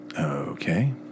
Okay